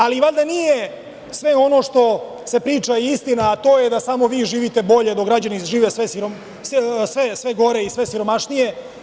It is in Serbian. Ali, valjda nije sve ono što se priča istina, a to je da samo vi živite bolje, dok građani žive sve siromašnije i sve gore.